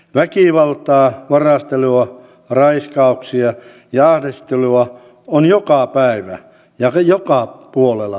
väkivaltaa varastelua raiskauksia ja ahdistelua on joka päivä ja joka puolella suomea